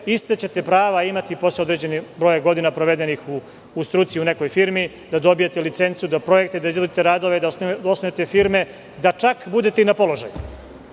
ista ćete prava imati posle određenog broja godina provedenih u struci u nekoj firmi, dobićete licencu za projekte, da izvodite radove, da osnujete firme, da čak budete i na položaju. Mislim